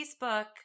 Facebook